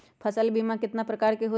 फसल बीमा कतना प्रकार के हई?